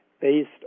based